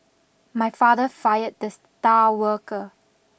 my father fired the star worker